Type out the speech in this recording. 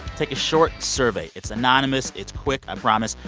take a short survey. it's anonymous. it's quick. i promise.